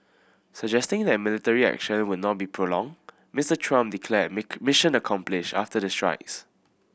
suggesting that the military action would not be prolonged Mister Trump declared mission accomplished after the strikes